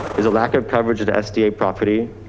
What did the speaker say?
is a lack of coverage at sda property,